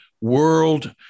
world